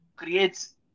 Creates